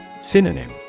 Synonym